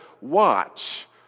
watch